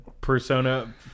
persona